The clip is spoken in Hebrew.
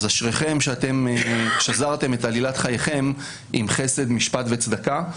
אשריכם ששזרתם את עלילת חייכם עם חסד משפט וצדקה.